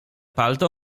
palto